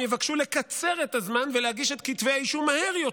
הם יבקשו לקצר את הזמן ולהגיש את כתבי האישום מהר יותר.